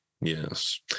yes